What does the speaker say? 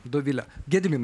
dovile gedminai